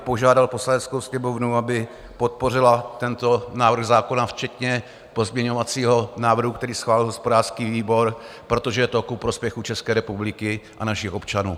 Požádal bych Poslaneckou sněmovnu, aby podpořila tento návrh zákona včetně pozměňovacího návrhu, který schválil hospodářský výbor, protože je to ku prospěchu České republiky a našich občanů.